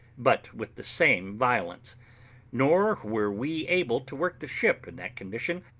but with the same violence nor were we able to work the ship in that condition,